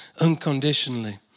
unconditionally